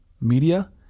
media